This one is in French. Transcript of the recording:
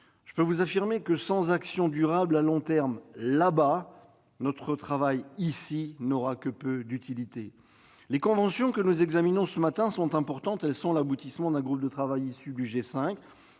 Je peux vous affirmer que, sans action durable à long terme là-bas, notre travail ici n'aura que peu d'utilité. Les conventions que nous examinons ce matin sont importantes et sont l'aboutissement d'un groupe de travail issu du G5.